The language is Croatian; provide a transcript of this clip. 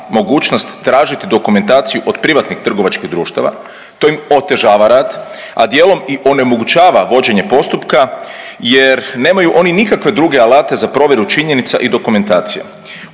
mogućnost tražiti dokumentaciju od privatnih trgovačkih društava, to im otežava rad, a dijelom i onemogućava vođenje postupka jer nemaju oni nikakve druge alate za provjeru činjenica i dokumentacija.